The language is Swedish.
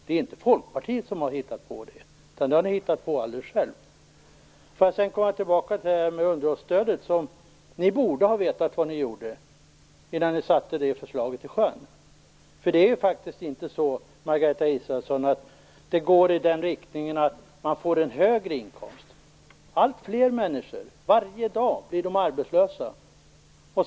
Det är inte Folkpartiet som har hittat på det. Det har ni hittat på alldeles själva. Jag vill komma tillbaka till underhållsstödet. Ni borde ha vetat vad ni gjorde innan ni satte förslaget i sjön. Det är faktiskt inte så, Margareta Israelsson, att de flesta människor får en högre inkomst. Alltfler människor blir arbetslösa varje dag.